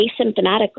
asymptomatically